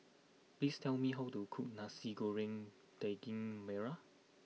please tell me how to cook Nasi Goreng Daging Merah